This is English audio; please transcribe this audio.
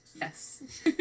yes